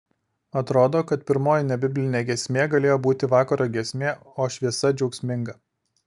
atrodo kad pirmoji nebiblinė giesmė galėjo būti vakaro giesmė o šviesa džiaugsminga